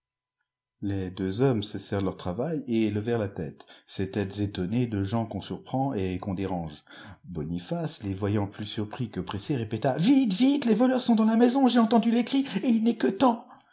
les deux hommes cessèrent leur travail et levèrent la tète ces têtes étonnées de gens qu'on surprend et qu'on dérange boniface les voyant plus surpris que pressés répéta vite vite les voleurs sont dans la maison j'ai entendu les cris il n'est que temps